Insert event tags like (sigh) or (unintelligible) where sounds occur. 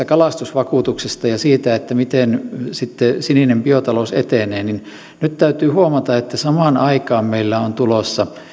(unintelligible) kalastusvakuutuksesta ja siitä miten sininen biotalous etenee nyt täytyy huomata että samaan aikaan meillä on tulossa